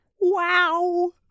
Wow